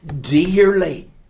Dearly